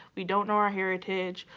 we don't know our heritage.